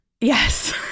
Yes